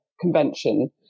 Convention